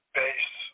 base